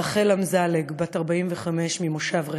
רחל אמזלג, בת 45, ממושב רחוב,